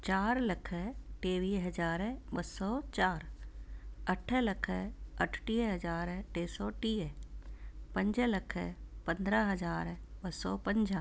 चारि लख टेवीह हज़ार ॿ सौ चारि अठ लख अठटीह हज़ार टे सौ टीह पंज लख पंद्रहां हज़ार ॿ सौ पंजाह